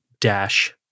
dash